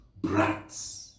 brats